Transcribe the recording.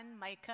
Micah